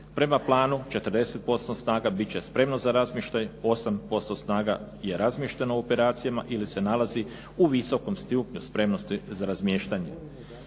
Prema planu, 40% snaga biti će spremno za razmještaj, 8% snaga je razmješteno u operacijama ili se nalazi u visokom stupnju spremnosti za razmještanje.